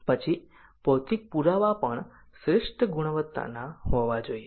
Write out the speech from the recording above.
પછી ભૌતિક પુરાવા પણ શ્રેષ્ઠ ગુણવત્તાના હોવા જોઈએ